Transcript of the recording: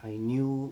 I knew